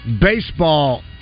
baseball